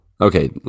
Okay